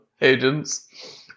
agents